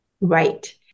Right